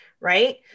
right